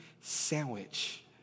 sandwich